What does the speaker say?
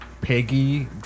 Peggy